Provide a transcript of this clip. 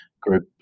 group